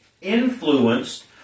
Influenced